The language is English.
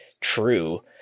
true